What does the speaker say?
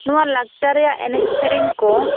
ᱱᱚᱣᱟ ᱞᱟᱠᱪᱟᱨ ᱨᱮᱭᱟᱜ ᱮᱱᱮᱡ ᱥᱮᱨᱮᱧ ᱠᱚ